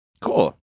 Cool